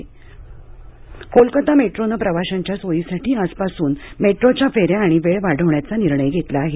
Kolkata metro Kolkata मेट्रोने प्रवाशांच्या सोयीसाठी आजपासून मेट्रोच्या फेऱ्या आणि वेळ वाढवण्याचा निर्णय घेतला आहे